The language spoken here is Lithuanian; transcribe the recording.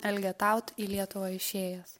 elgetaut į lietuvą išėjęs